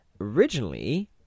Originally